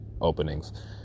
openings